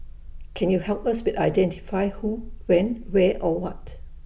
can you help us with identifying who when where or what